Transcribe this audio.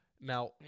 Now